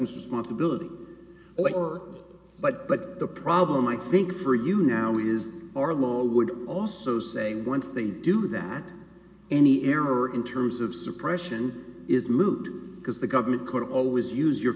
responsibility or but but the problem i think for you now is that our lawyer would also say once they do that any error in terms of suppression is moot because the government could always use your